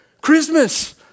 Christmas